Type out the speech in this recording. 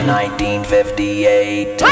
1958